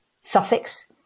Sussex